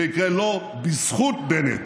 זה יקרה לא בזכות בנט